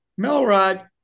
Melrod